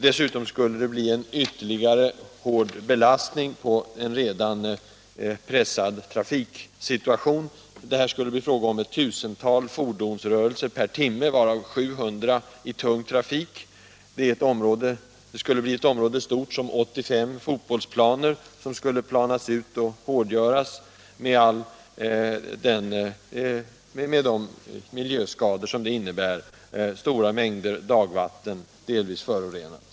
Dessutom skulle det bli ytterligare en hård belastning på en redan pressad trafiksituation — det skulle bli fråga om ett tusental fordonsrörelser per timme, varav 700 i tung trafik — och ett område lika stort som 85 fotbollsplaner skulle planas ut och hårdgöras, med alla de miljöskador som detta skulle innebära, bl.a. stora mängder dagvatten, delvis förorenat.